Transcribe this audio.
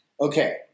Okay